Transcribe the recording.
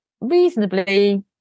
reasonably